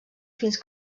fins